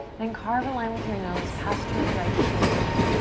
then carve a line with your nose, past your right shoulder.